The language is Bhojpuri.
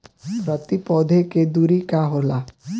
प्रति पौधे के दूरी का होला?